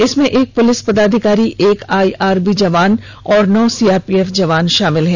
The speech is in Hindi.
इसमें एक पुलिस पदाधिकारी एक आईआरबी जवान और नौ सीआरपीएफ जवान शामिल हैं